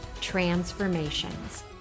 transformations